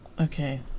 Okay